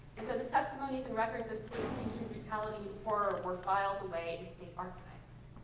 and so the testimonies and records of state-sanctioned brutality and horror were filed away in state archives.